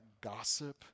gossip